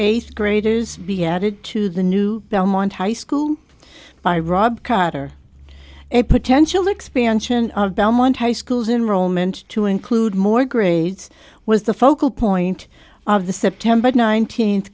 eighth graders be added to the new belmont high school by rob carter a potential expansion of belmont high schools enrollment to include more grades was the focal point of the september nineteenth